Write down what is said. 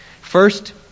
First